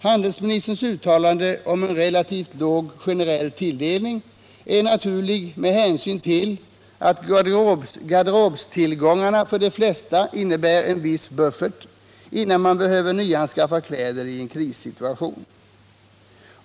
Handelsministerns uttalande om en relativt låg generell tilldelning är naturligt med hänsyn till att garderobstillgångarna för de allra flesta innebär en viss buffert innan man behöver nyanskaffa kläder i en krissituation.